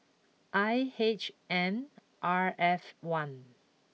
I H N R F one